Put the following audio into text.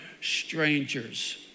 strangers